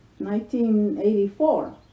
1984